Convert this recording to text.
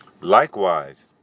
Likewise